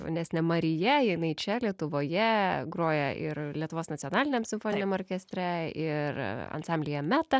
jaunesnė marija jinai čia lietuvoje groja ir lietuvos nacionaliniam simfoniniam orkestre ir ansamblyje meta